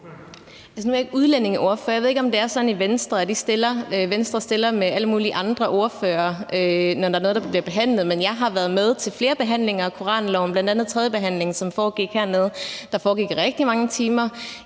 Jeg ved ikke, om det er sådan i Venstre, at Venstre stiller med alle mulige andre ordførere, når der er noget, der bliver behandlet. Men jeg har været med til flere behandlinger af koranloven, bl.a. tredjebehandlingen, som foregik hernede, og som foregik i rigtig mange timer.